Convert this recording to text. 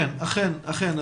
אכן כן.